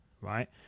right